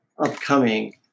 upcoming